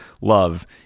love